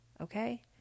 okay